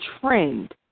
trend